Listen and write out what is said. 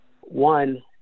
one